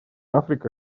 африка